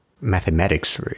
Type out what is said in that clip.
mathematics